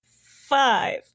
Five